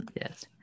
Yes